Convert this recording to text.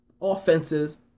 offenses